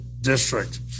district